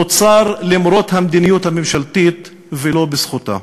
נוצר למרות המדיניות הממשלתית, ולא בזכותה.